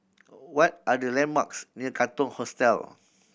what are the landmarks near Katong Hostel